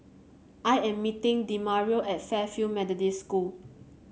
I am meeting Demario at Fairfield Methodist School